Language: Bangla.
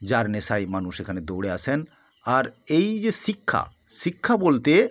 যার নেশায় মানুষ এখানে দৌড়ে আসেন আর এই যে শিক্ষা শিক্ষা বলতে